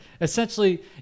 essentially